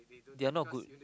they are not good